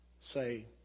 say